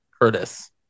Curtis